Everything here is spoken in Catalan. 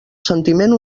sentiment